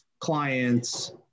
clients